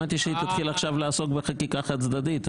שמעתי שהיא תתחיל עכשיו לעסוק בחקיקה חד צדדית.